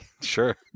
Sure